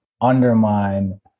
undermine